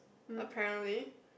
apparently